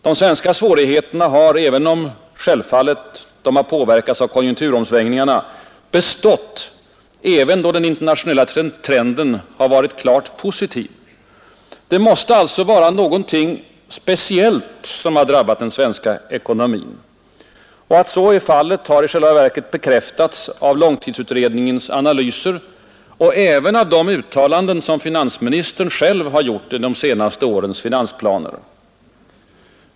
De svenska svårigheterna har — även om de självfallet påverkats av konjunkturomsvängningarna — bestått även då den internationella trenden varit klart positiv. Det måste alltså vara något speciellt som har drabbat den svenska ekonomin. Att så varit fallet har i själva verket bekräftats av långtidsutredningens analyser och även av de uttalanden, som finansministern själv gjort i de senaste årens finansplaner.